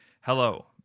Hello